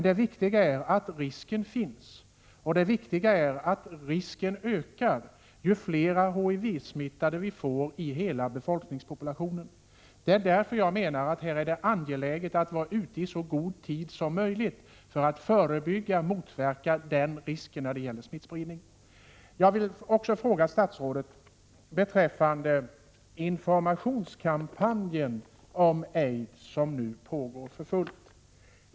Det viktiga är att risken finns och att risken ökar ju fler HTV-smittade vi får i befolkningen. Därför är det angeläget att vara ute i så god tid som möjligt för att förebygga och motverka den risken.